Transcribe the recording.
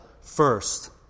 first